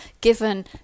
given